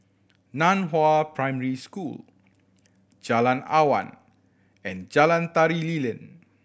Nan Hua Primary School Jalan Awan and Jalan Tari Lilin